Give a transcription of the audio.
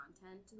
content